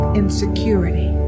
insecurity